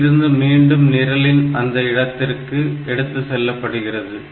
இங்கிருந்து மீண்டும் நிரலின் இந்த இடத்திற்கு எடுத்து செல்லப்படுகிறது